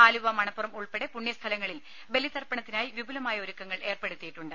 ആലുവ മണപ്പുറം ഉൾപ്പെടെ പുണ്യ സ്ഥലങ്ങളിൽ ബലിതർപ്പ ണത്തിനായി വിപുലമായ ഒരുക്കങ്ങൾ ഏർപ്പെടുത്തിയിട്ടുണ്ട്